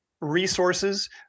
resources